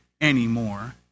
anymore